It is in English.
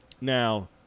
Now